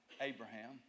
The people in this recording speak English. Abraham